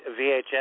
VHS